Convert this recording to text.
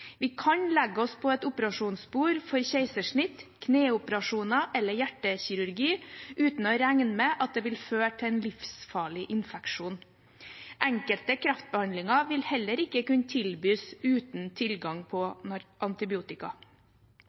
Vi kan legge oss på et operasjonsbord for keisersnitt, kneoperasjoner eller hjertekirurgi uten å regne med at det vil føre til en livsfarlig infeksjon. Enkelte kreftbehandlinger vil heller ikke kunne tilbys uten tilgang på antibiotika.